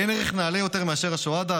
אין ערך נעלה יותר מאשר השוהדא.